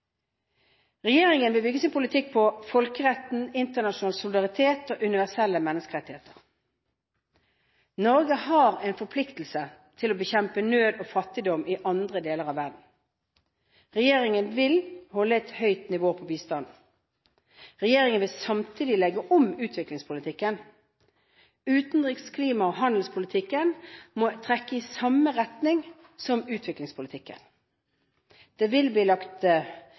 Regjeringen vil bygge sin politikk på folkeretten, internasjonal solidaritet og universelle menneskerettigheter. Norge har en forpliktelse til å bekjempe nød og fattigdom i andre deler av verden. Regjeringen vil holde et høyt nivå på bistanden. Regjeringen vil samtidig legge om utviklingspolitikken. Utenriks-, klima- og handelspolitikken må trekke i samme retning som utviklingspolitikken. Det vil bli lagt